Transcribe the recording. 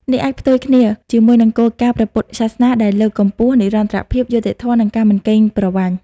នេះអាចផ្ទុយគ្នាជាមួយនឹងគោលការណ៍ព្រះពុទ្ធសាសនាដែលលើកកម្ពស់ និរន្តរភាព យុត្តិធម៌ និងការមិនកេងប្រវ័ញ្ច។